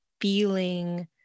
feeling